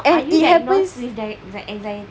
are you diagnosed with that that anxiety